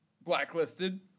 Blacklisted